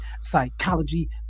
Psychology